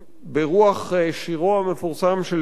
ברוח שירו המפורסם של ג'ון דאן: